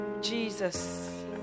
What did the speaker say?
Jesus